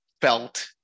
felt